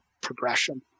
progression